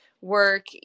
work